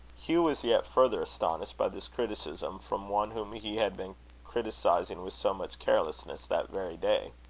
hugh was yet further astonished by this criticism from one whom he had been criticising with so much carelessness that very day.